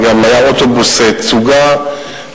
וגם היה אוטובוס תצוגה,